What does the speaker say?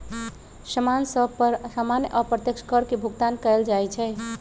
समान सभ पर सामान्य अप्रत्यक्ष कर के भुगतान कएल जाइ छइ